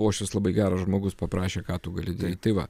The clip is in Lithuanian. uošvis labai geras žmogus paprašė ką tu gali tai va